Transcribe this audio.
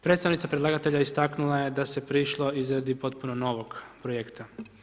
Predstavnica predlagatelja istaknula je da se prišlo izradi potpuno novog projekta.